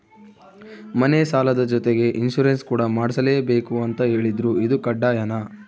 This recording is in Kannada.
ಮನೆ ಸಾಲದ ಜೊತೆಗೆ ಇನ್ಸುರೆನ್ಸ್ ಕೂಡ ಮಾಡ್ಸಲೇಬೇಕು ಅಂತ ಹೇಳಿದ್ರು ಇದು ಕಡ್ಡಾಯನಾ?